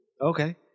Okay